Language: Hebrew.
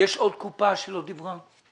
יש עוד קופה שלא דיברה?